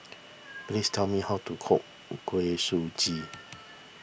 please tell me how to cook Kuih Suji